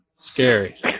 Scary